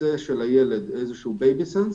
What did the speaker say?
בכיסא של הילד איזה שהוא בייבי-סנס,